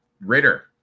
Ritter